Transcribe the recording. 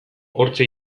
hortxe